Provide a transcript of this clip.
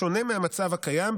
בשונה מהמצב הקיים,